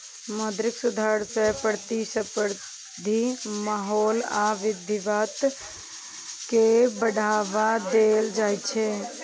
मौद्रिक सुधार सं प्रतिस्पर्धी माहौल आ विविधता कें बढ़ावा देल जाइ छै